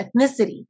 ethnicity